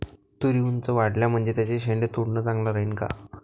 तुरी ऊंच वाढल्या म्हनजे त्याचे शेंडे तोडनं चांगलं राहीन का?